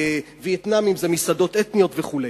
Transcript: וייטנאמים זה מסעדות אתניות וכו'.